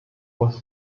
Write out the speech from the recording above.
was